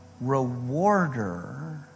rewarder